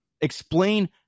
Explain